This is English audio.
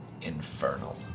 infernal